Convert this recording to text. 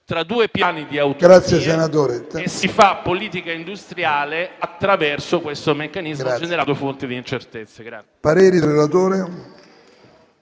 tra due piani di autonomie e si fa politica industriale attraverso questo meccanismo, generando incertezza.